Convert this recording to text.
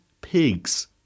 pigs